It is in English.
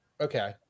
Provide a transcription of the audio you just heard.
Okay